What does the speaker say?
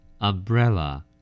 umbrella